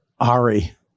Ari